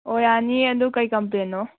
ꯑꯣ ꯌꯥꯅꯤꯌꯦ ꯑꯗꯨ ꯀꯔꯤ ꯀꯝꯄ꯭ꯂꯦꯟꯅꯣ